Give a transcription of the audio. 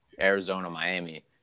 Arizona-Miami